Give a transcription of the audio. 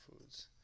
foods